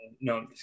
no